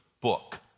book